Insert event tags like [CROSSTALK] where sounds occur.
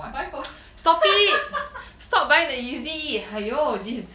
buy phone [LAUGHS]